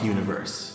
Universe